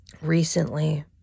recently